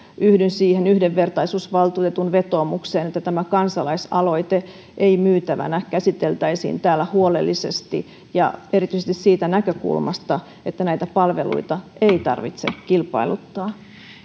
yhdyn siihen yhdenvertaisuusvaltuutetun vetoomukseen että tämä kansalaisaloite ei myytävänä käsiteltäisiin täällä huolellisesti ja erityisesti siitä näkökulmasta että näitä palveluita ei tarvitse kilpailuttaa